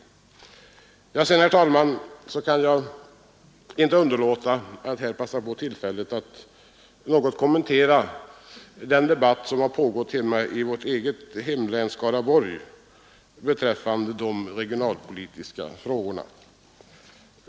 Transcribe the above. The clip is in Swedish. Sedan, herr talman, kan jag inte underlåta att här passa på tillfället att något kommentera den debatt som pågått i mitt hemlän Skaraborg beträffande de regionalpolitiska frågorna.